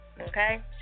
okay